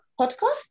podcast